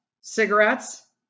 cigarettes